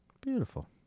Beautiful